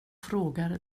frågar